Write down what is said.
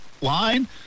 line